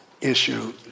issue